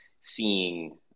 seeing